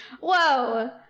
Whoa